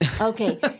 Okay